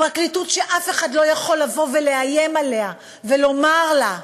פרקליטות שאף אחד לא יכול לאיים עליה ולומר לה: